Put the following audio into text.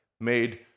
made